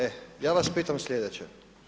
E ja vas pitam sljedeće.